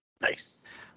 Nice